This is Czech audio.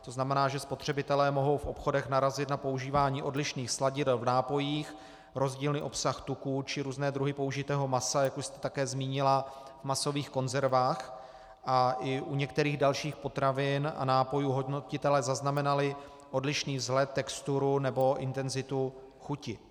To znamená, že spotřebitelé mohou v obchodech narazit na používání odlišných sladidel v nápojích, rozdílný obsah tuku či různé druhy použitého masa, jak už jste také zmínila, v masových konzervách, a i u některých dalších potravin a nápojů hodnotitelé zaznamenali odlišný vzhled, texturu nebo intenzitu chuti.